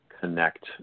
connect